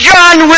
John